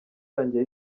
irangiye